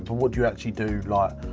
what do you actually do, like,